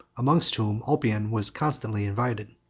amongst whom ulpian was constantly invited.